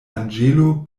anĝelo